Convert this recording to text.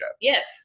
yes